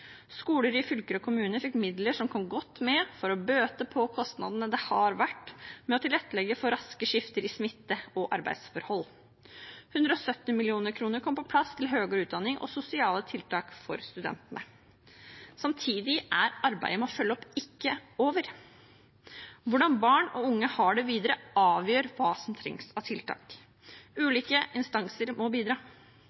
Skoler i fylker og kommuner fikk midler som kom godt med for å bøte på kostnadene som har vært med å tilrettelegge for raske skifter i smitte og arbeidsforhold. 170 mill. kr kom på plass til høyere utdanning og sosiale tiltak for studentene. Samtidig er arbeidet med å følge opp ikke over. Hvordan barn og unge har det videre, avgjør hva som trengs av tiltak.